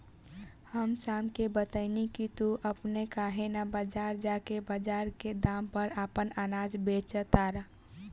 हम श्याम के बतएनी की तू अपने काहे ना बजार जा के बजार के दाम पर आपन अनाज बेच तारा